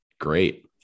great